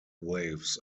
waves